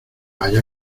haya